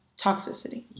toxicity